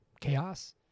chaos